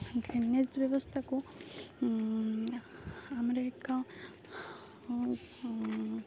drainage ବ୍ୟବସ୍ଥାକୁ ଆମର ଏକ